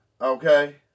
Okay